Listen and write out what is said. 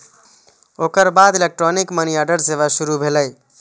ओकर बाद electronic money order सेवा शुरू भेलै